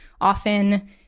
often